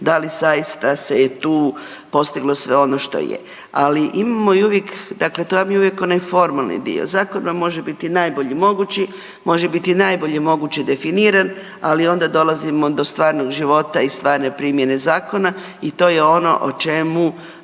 da li zaista se je tu postiglo sve ono što je. Ali imamo i uvijek, dakle to vam je uvijek onaj formalni dio, zakon vam može biti najbolji mogući, može biti najbolje moguće definiran ali onda dolazimo do stvarnog života i stvarne primjene zakona i to je ono o čemu